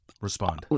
respond